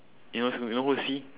you know who's you know who's C